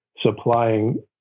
supplying